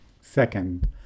Second